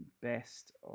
Best